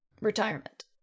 retirement